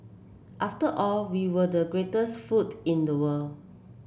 after all we were the greatest food in the world